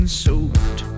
soaked